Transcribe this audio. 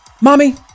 mommy